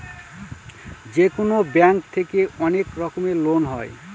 যেকোনো ব্যাঙ্ক থেকে অনেক রকমের লোন হয়